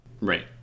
Right